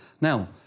Now